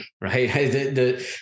right